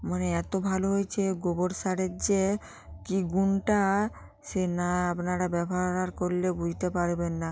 মানে এতো ভালো হয়েছে গোবর সারের যে কি গুণটা সে না আপনারা ব্যবহার করলে বুঝতে পারবেন না